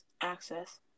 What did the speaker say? access